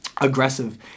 aggressive